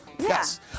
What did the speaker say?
Yes